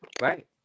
Right